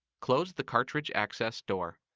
close the cartridge access door.